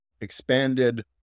expanded